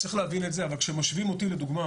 צריך להבין את זה אבל כשמשווים אותי לדוגמה